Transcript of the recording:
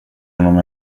honom